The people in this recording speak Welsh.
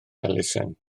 elusen